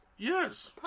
Yes